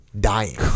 dying